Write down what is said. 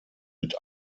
mit